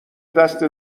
دست